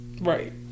Right